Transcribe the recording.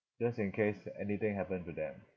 just in case anything happen to them